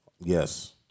Yes